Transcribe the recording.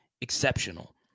exceptional